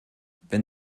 wenn